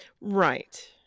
right